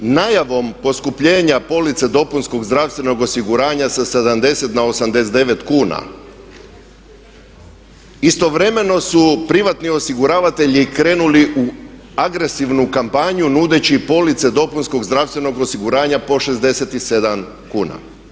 Najavom poskupljenja police dopunskog zdravstvenog osiguranja sa 70 na 89 kuna istovremen su privatni osiguravatelji krenuli u agresivnu kampanju nudeći police dopunskog zdravstvenog osiguranja po 67 kuna.